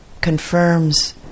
confirms